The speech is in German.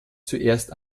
zuerst